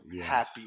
happy